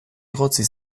egotzi